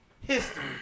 history